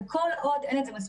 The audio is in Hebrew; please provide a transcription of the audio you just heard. וכל עוד אין את זה מספיק,